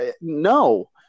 No